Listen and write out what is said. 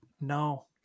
No